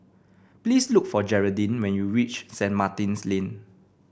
please look for Geraldine when you reach Saint Martin's Lane